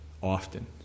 often